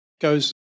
goes